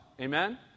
Amen